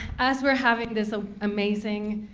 as we're having this ah amazing,